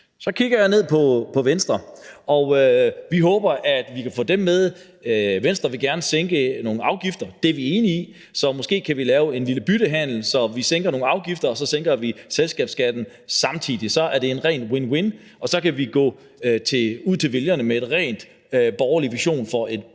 Så kigger jeg ned på Venstre. Vi håber, at vi kan få dem med. Venstre vil gerne sænke nogle afgifter. Det er vi enige i, så vi kan måske lave en lille byttehandel, så vi sænker nogle afgifter og selskabsskatten samtidig. Så er det en ren win-win, og så kan vi gå ud til vælgerne med en rent borgerlig vision for et bedre